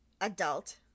adult